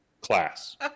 class